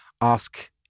ask